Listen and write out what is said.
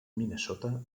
minnesota